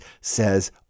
says